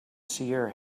seer